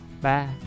bye